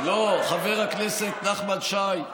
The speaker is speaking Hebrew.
לא, חבר הכנסת נחמן שי,